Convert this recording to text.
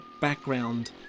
background